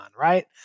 right